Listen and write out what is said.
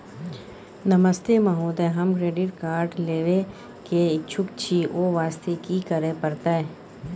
नमस्ते महोदय, हम credit card लेबे के इच्छुक छि ओ वास्ते की करै परतै?